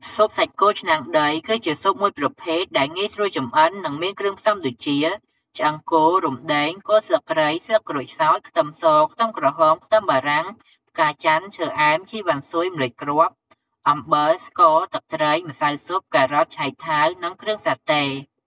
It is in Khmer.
ស៊ុបសាច់គោឆ្នាំងដីគឺជាស៊ុបមួយប្រភេទដែលងាយស្រួលចម្អិន និងមានគ្រឿងផ្សំដូចជា ឆ្អឹងគោ រំដេង គល់ស្លឹកគ្រៃ ស្លឹកក្រូចសើច ខ្ទឹមស ខ្ទឹមក្រហម ខ្ទឹមបារាំង ផ្កាចន្ទន៍ ឈើអែម ជីវ៉ាន់ស៊ុយ ម្រេចគ្រាប់ អំបិល ស្ករ ទឹកត្រី ម្សៅស៊ុប ការ៉ុត ឆៃថាវ និងគ្រឿងសាតេ។